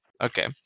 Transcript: Okay